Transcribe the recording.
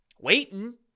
waiting